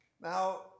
Now